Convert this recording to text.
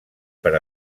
per